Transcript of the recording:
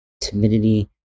timidity